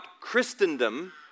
Christendom